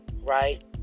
Right